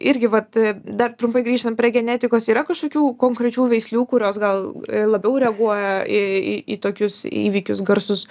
irgi vat dar trumpai grįžtant prie genetikos yra kažkokių konkrečių veislių kurios gal labiau reaguoja į į tokius įvykius garsus